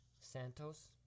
Santos